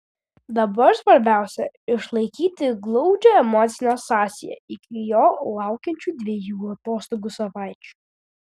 dabar svarbiausia išlaikyti glaudžią emocinę sąsają iki jo laukiančių dviejų atostogų savaičių